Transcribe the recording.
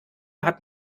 hat